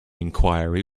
inquiry